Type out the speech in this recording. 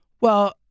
Well-